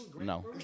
no